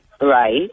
Right